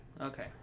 Okay